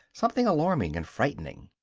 something alarming and frightening.